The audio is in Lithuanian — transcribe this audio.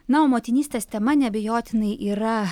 na o motinystės tema neabejotinai yra